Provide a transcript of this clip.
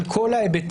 על כל ההיבטים,